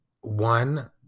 one